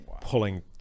pulling